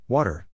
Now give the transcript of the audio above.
Water